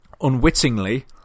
Unwittingly